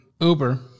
Uber